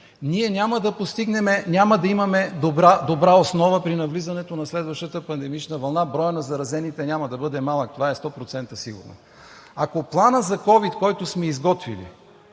ние няма да имаме добра основа при навлизането на следващата пандемична вълна и броят на заразените няма да бъде малък. Това е сто процента сигурно. Ако Планът за ковид, който сме изготвили,